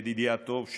ידידי הטוב,